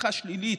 צמיחה שלילית,